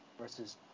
versus